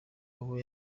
abo